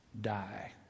die